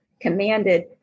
commanded